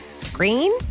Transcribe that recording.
Green